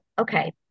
Okay